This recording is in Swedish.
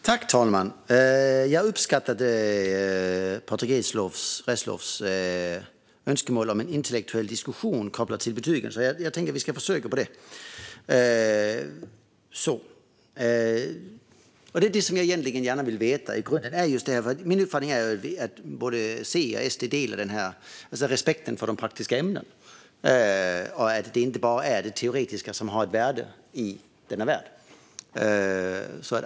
Herr talman! Jag uppskattade Patrick Reslows önskemål om en intellektuell diskussion kopplat till betygen, så jag tänker att vi ska försöka med en sådan. Det som jag i grunden gärna vill veta är detta. Min uppfattning är att C och SD delar respekten för de praktiska ämnena och uppfattningen att det inte bara är det teoretiska som har ett värde här i världen.